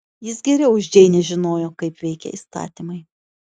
jis geriau už džeinę žinojo kaip veikia įstatymai